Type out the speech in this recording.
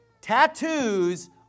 tattoos